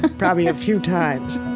probably a few times